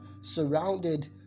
surrounded